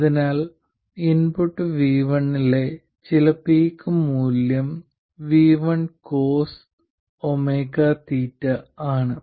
അതിനാൽ അതായത് input vi ചില പീക്ക് മൂല്യം vi cosωt ആണ്